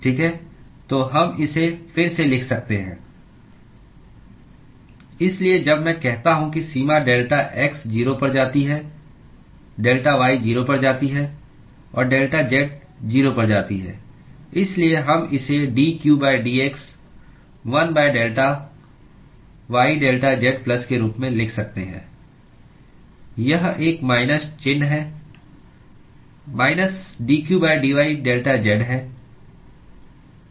तो हम इसे फिर से लिख सकते हैं इसलिए जब मैं कहता हूं कि सीमा डेल्टा x 0 पर जाती है डेल्टा y 0 पर जाती है और डेल्टा z 0 पर जाती है इसलिए हम इसे dq dx 1 delta y delta z plus के रूप में लिख सकते हैं यह एक माइनस चिह्न है माइनस dqdy डेल्टा z है